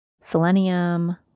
selenium